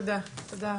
תודה רבה